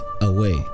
away